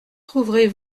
trouverez